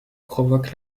provoquent